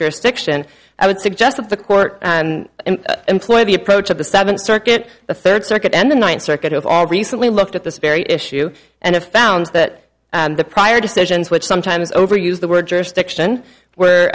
jurisdiction i would suggest that the court employ the approach of the seventh circuit the third circuit and the ninth circuit of all recently looked at this very issue and if found that the prior decisions which sometimes overuse the word jurisdiction were